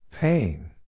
Pain